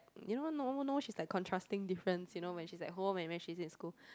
you know normal normal she's like contrasting difference you know when she's at home and when she's in school